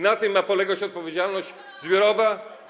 Na tym ma polegać odpowiedzialność zbiorowa?